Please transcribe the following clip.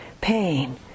pain